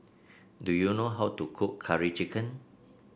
do you know how to cook Curry Chicken